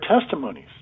testimonies